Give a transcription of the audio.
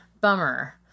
Bummer